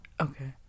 Okay